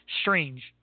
Strange